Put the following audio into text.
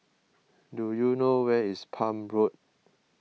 do you know where is Palm Road